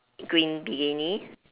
green bikini